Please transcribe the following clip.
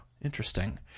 interesting